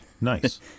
nice